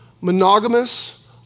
monogamous